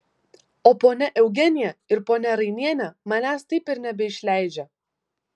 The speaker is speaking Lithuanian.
o ponia eugenija ir ponia rainienė manęs taip ir nebeišleidžia